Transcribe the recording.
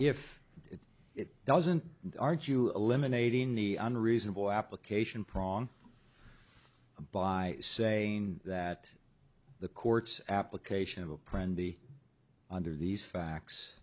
if it doesn't argue eliminating the unreasonable application prong by saying that the court's application of a plan the under these facts